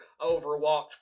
overwatch